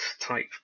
type